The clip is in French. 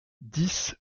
dix